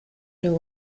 their